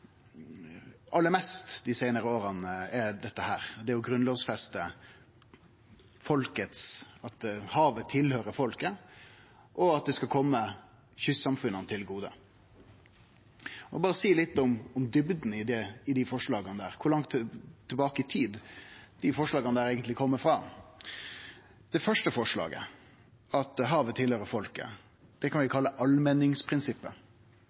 aller mest dei seinare åra – å grunnlovfeste at havet tilhøyrer folket, og at det skal kome kystsamfunna til gode. Eg vil berre seie noko om djupna i forslaga, kor langt tilbake i tid dei eigentleg går. Det første forslaget, at havet tilhøyrer folket, kan vi kalle allmenningsprinsippet.